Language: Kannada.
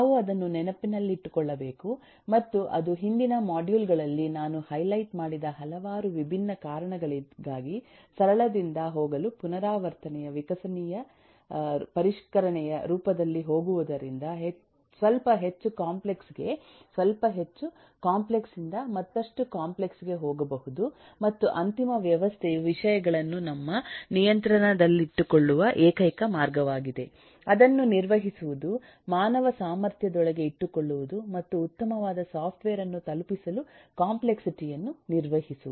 ನಾವು ಅದನ್ನು ನೆನಪಿನಲ್ಲಿಟ್ಟುಕೊಳ್ಳಬೇಕು ಮತ್ತು ಅದು ಹಿಂದಿನ ಮಾಡ್ಯೂಲ್ ಗಳಲ್ಲಿ ನಾನು ಹೈಲೈಟ್ ಮಾಡಿದ ಹಲವಾರು ವಿಭಿನ್ನ ಕಾರಣಗಳಿಗಾಗಿ ಸರಳದಿಂದ ಹೋಗಲು ಪುನರಾವರ್ತನೆಯ ವಿಕಸನೀಯ ಪರಿಷ್ಕರಣೆಯ ರೂಪದಲ್ಲಿ ಹೋಗುವುದರಿಂದ ಸ್ವಲ್ಪ ಹೆಚ್ಚು ಕಾಂಪ್ಲೆಕ್ಸ್ ಗೆ ಸ್ವಲ್ಪ ಹೆಚ್ಚು ಕಾಂಪ್ಲೆಕ್ಸ್ ದಿಂದ ಮತ್ತಷ್ಟು ಕಾಂಪ್ಲೆಕ್ಸ್ ಗೆ ಹೋಗಬಹುದು ಮತ್ತು ಅಂತಿಮ ವ್ಯವಸ್ಥೆಯು ವಿಷಯಗಳನ್ನು ನಮ್ಮ ನಿಯಂತ್ರಣದಲ್ಲಿಟ್ಟುಕೊಳ್ಳುವ ಏಕೈಕ ಮಾರ್ಗವಾಗಿದೆ ಅದನ್ನು ನಿರ್ವಹಿಸುವುದು ಮಾನವ ಸಾಮರ್ಥ್ಯದೊಳಗೆ ಇಟ್ಟುಕೊಳ್ಳುವುದು ಮತ್ತು ಉತ್ತಮವಾದ ಸಾಫ್ಟ್ವೇರ್ ಅನ್ನು ತಲುಪಿಸಲು ಕಾಂಪ್ಲೆಕ್ಸಿಟಿ ಯನ್ನು ನಿರ್ವಹಿಸುವುದು